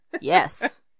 Yes